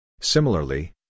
Similarly